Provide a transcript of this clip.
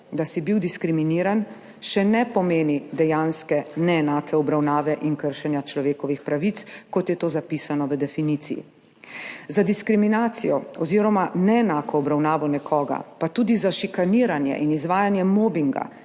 da si bil diskriminiran, še ne pomeni dejanske neenake obravnave in kršenja človekovih pravic, kot je to zapisano v definiciji. Za diskriminacijo oziroma neenako obravnavo nekoga, pa tudi za šikaniranje in izvajanje mobinga,